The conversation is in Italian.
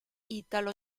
italo